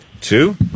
Two